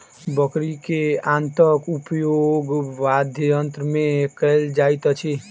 बकरी के आंतक उपयोग वाद्ययंत्र मे कयल जाइत अछि